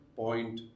point